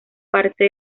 parte